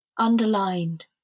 Underlined